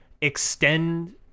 extend